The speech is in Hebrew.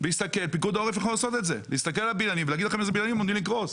יסתכל על הבניינים ויגיד איזה בניינים עומדים לקרוס.